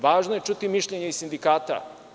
Važno je čuti i mišljenje sindikata.